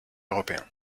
européen